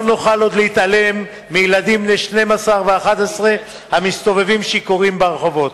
לא נוכל עוד להתעלם מילדים בני 12 ו-11 המסתובבים שיכורים ברחובות.